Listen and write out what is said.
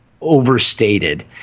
overstated